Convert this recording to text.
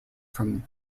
from